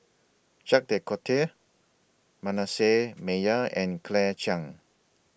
Jacques De Coutre Manasseh Meyer and Claire Chiang